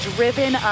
Driven